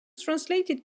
translated